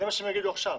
זה מה שהם יגידו עכשיו.